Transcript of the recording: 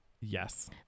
Yes